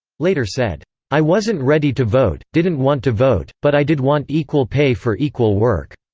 later said i wasn't ready to vote, didn't want to vote, but i did want equal pay for equal work.